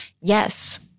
yes